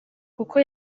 kuko